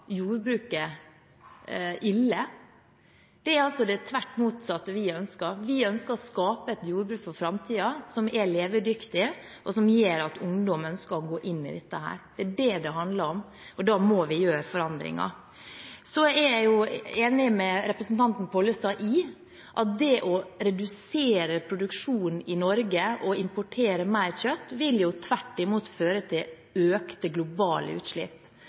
jordbruket ille. Det er altså det tvert motsatte vi ønsker. Vi ønsker å skape et jordbruk for framtiden som er levedyktig, og som gjør at ungdommen ønsker å gå inn i det. Det er det det handler om. Da må vi gjøre forandringer. Jeg er enig med representanten Pollestad i at å redusere produksjonen i Norge og importere mer kjøtt, tvert imot vil føre til økte globale utslipp.